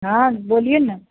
हँ बोलिए ना